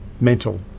mental